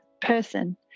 person